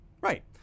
Right